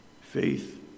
Faith